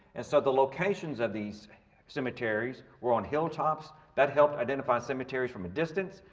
and so the locations of these cemeteries were on hilltops that helped identify cemeteries from a distance.